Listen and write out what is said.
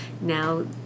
now